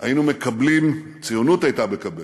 היינו מקבלים, הציונות הייתה מקבלת,